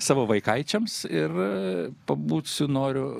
savo vaikaičiams ir pabūt su noriu